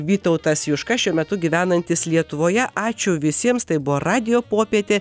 vytautas juška šiuo metu gyvenantis lietuvoje ačiū visiems tai buvo radijo popietė